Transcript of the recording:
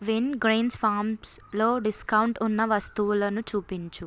విన్గ్రీన్స్ ఫామ్స్లో డిస్కౌంట్ ఉన్న వస్తువులను చూపించు